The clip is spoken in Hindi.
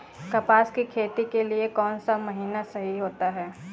कपास की खेती के लिए कौन सा महीना सही होता है?